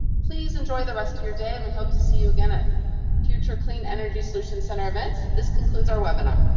please enjoy the rest of your day, and we hope to see you again at future clean energy solutions center events. this concludes our webinar.